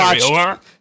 watch